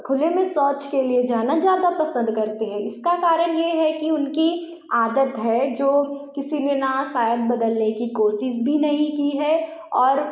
खुले में शौच के लिए जाना ज़्यादा पसंद करते हैं इसका कारण ये है कि उनकी आदत है जो किसी ने ना शायद बदलने की कोशिश भी नहीं की है और